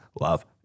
love